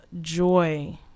joy